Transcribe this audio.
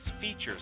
features